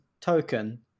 token